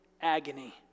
agony